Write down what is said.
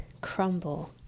crumble